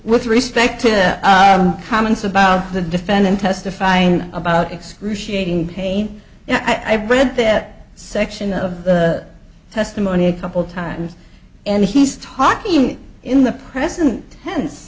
with respect to comments about the defendant testifying about excruciating pain i've read that section of the testimony a couple times and he's talking in the present tense